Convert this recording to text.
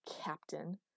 Captain